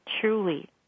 truly